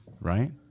right